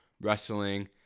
wrestling